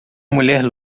mulher